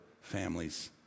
families